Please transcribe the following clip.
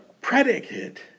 predicate